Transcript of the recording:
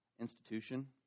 institution